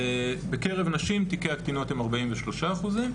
בקרב נשים תיקי הקטינות הם 43 אחוזים,